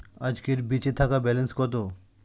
আজকের বেচে থাকা ব্যালেন্স কত?